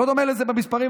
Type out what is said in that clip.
לא דומה לזה במספרים,